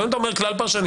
אבל אם אתה אומר כלל פרשני,